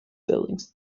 buildings